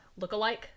lookalike